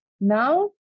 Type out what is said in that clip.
Now